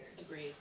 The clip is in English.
Agreed